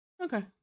Okay